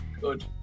good